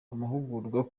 amahugurwa